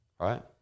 Right